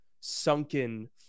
sunken